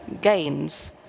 gains